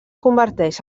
converteix